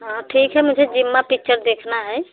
हाँ ठीक है मुझे जिम्मा पिक्चर देखना है